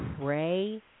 pray